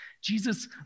Jesus